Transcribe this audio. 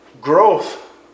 Growth